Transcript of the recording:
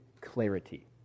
clarity